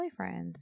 boyfriends